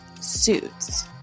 Suits